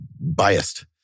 biased